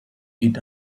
eat